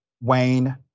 Wayne